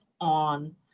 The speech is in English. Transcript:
on